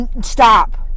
Stop